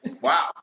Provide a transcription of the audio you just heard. Wow